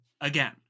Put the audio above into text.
again